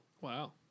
Wow